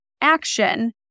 action